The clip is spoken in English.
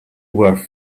were